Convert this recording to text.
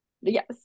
yes